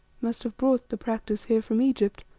must have brought the practice here from egypt.